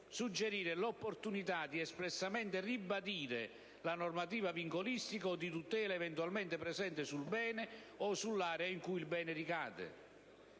suggerire l'opportunità di ribadire espressamente la normativa vincolistica o di tutela eventualmente presente sul bene o sull'area in cui il bene ricade.